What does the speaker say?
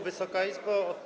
Wysoka Izbo!